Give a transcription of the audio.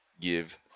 give